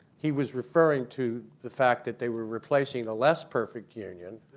he was referring to the fact that they were replacing a less perfect union,